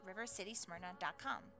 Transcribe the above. rivercitysmyrna.com